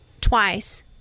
twice